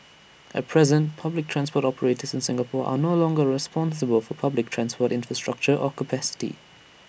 at present public transport operators in Singapore are no longer responsible for public transport infrastructure or capacity